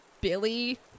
Billy